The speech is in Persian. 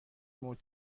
موج